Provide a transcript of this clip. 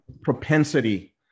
propensity